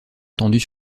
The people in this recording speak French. attendus